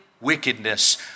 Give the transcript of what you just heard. wickedness